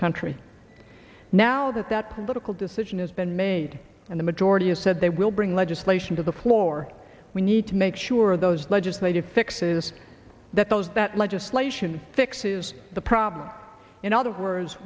country now that that political decision has been made and the majority has said they will bring legislation to the floor we need to make sure those legislative fixes that those that legislation fixes the problem in other words